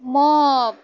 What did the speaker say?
म